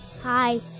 hi